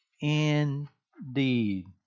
indeed